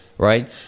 Right